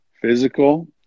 physical